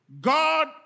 God